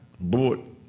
bought